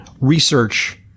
research